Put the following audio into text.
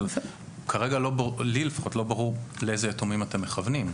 אבל כרגע לי לפחות לא ברור לאיזה יתומים אתם מכוונים.